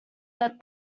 that